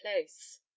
place